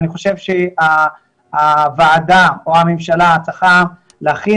ואני חושב שהוועדה או הממשלה צריכה להכין